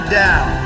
down